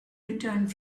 returned